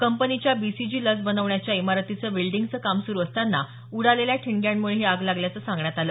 कंपनीच्या बीसीजी लस बनवण्याच्या इमारतीत वेल्डिंगचं काम सुरू असताना उडालेल्या ठिगण्यांमुळे ही आग लागल्याचं सांगण्यात आलं